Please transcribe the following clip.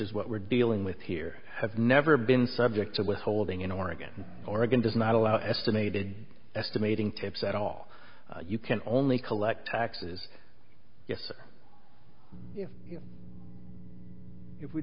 is what we're dealing with here have never been subject to withholding in oregon oregon does not allow estimated estimating tips at all you can only collect taxes yes